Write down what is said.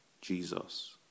Jesus